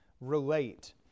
relate